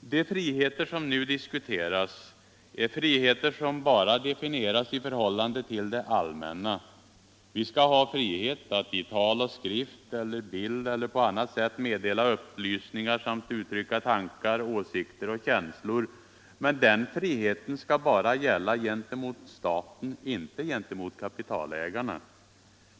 De friheter som nu diskuteras är friheter som bara definieras i förhållande till det allmänna. Vi skall ha frihet att ”i tal, skrift eller bild eller på annat sätt meddela upplysningar samt uttrycka tankar, åsikter och känslor”. Men den friheten skall bara gälla gentemot staten, inte mot kapitalägarna.